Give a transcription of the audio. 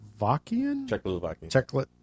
Czechoslovakian